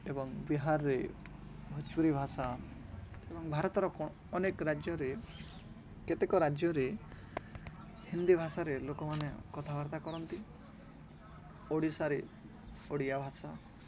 ଏବଂ ବିହାରରେ ଭୋଜପୁରୀ ଭାଷା ଏବଂ ଭାରତର ଅନେକ ରାଜ୍ୟରେ କେତେକ ରାଜ୍ୟରେ ହିନ୍ଦୀ ଭାଷାରେ ଲୋକମାନେ କଥାବାର୍ତ୍ତା କରନ୍ତି ଓଡ଼ିଶାରେ ଓଡ଼ିଆ ଭାଷା